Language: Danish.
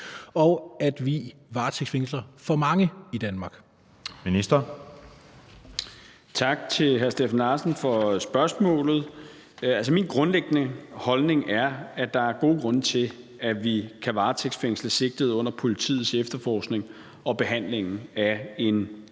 Kl. 13:30 Justitsministeren (Peter Hummelgaard): Tak til hr. Steffen Larsen for spørgsmålet. Min grundlæggende holdning er, at der er gode grunde til, at vi kan varetægtsfængsle sigtede under politiets efterforskning og behandlingen af en